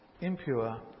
impure